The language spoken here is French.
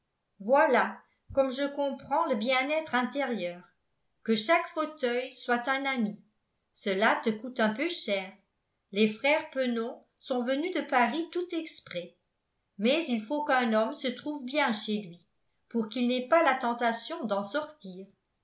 voilà comme je comprends le bien-être intérieur que chaque fauteuil soit un ami cela te coûte un peu cher les frères penon sont venus de paris tout exprès mais il faut qu'un homme se trouve bien chez lui pour qu'il n'ait pas la tentation d'en sortir